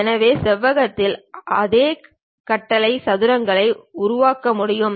எனவே செவ்வகத்தின் அதே கட்டளை சதுரங்களையும் உருவாக்க முடியும்